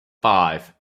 five